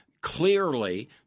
clearly